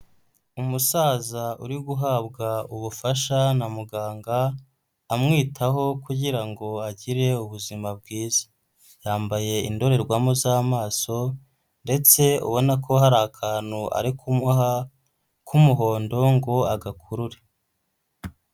Umusaza uri guhabwa ubufasha na muganga amwitaho kugira ngo agire ubuzima bwiza, yambaye indorerwamo z'amaso ndetse ubona ko hari akantu ari kumuha k'umuhondo ngo agakurure.